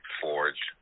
forge